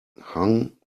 hung